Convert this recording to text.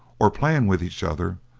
or playing with each other,